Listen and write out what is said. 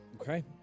Okay